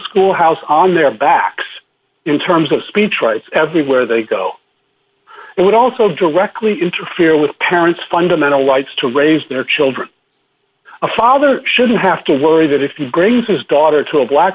school house on their backs in terms of speech rights everywhere they go and would also directly interfere with parents fundamental rights to raise their children a father shouldn't have to worry that if he brings his daughter to a black